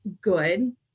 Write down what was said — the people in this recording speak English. good